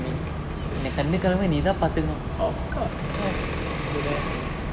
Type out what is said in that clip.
of course